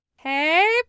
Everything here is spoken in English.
Hey